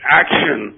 action